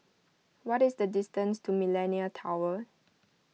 what is the distance to Millenia Tower